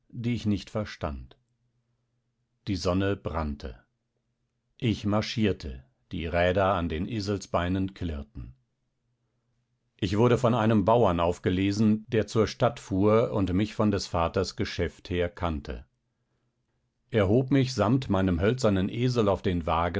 die ich nicht verstand die sonne brannte ich marschierte die räder an den eselsbeinen klirrten ich wurde von einem bauern aufgelesen der zur stadt fuhr und mich von des vaters geschäft her kannte er hob mich samt meinem hölzernen esel auf den wagen